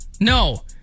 No